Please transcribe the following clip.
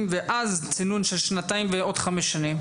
ואז צינון של שנתיים ועוד חמש שנים?